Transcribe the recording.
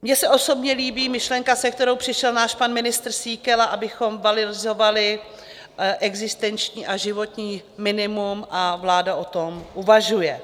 Mně se osobně líbí myšlenka, se kterou přišel náš pan ministr Síkela, abychom valorizovali existenční a životní minimum, a vláda o tom uvažuje.